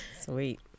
Sweet